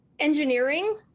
engineering